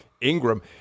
Ingram